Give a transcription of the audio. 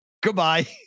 goodbye